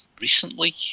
recently